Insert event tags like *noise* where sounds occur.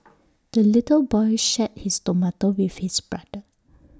*noise* the little boy shared his tomato with his brother